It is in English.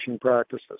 practices